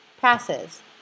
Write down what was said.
passes